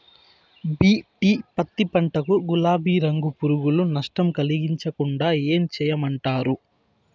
BT పత్తి పంట కు, గులాబీ రంగు పులుగులు నష్టం కలిగించకుండా ఏం చేయమంటారు?